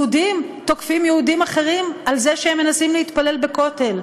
יהודים תוקפים יהודים אחרים על זה שהם מנסים להתפלל בכותל.